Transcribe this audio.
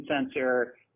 sensor